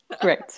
Great